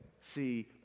See